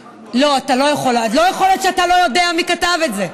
לא, לא יכול להיות שאתה לא יודע מי כתב את זה.